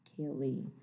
Kaylee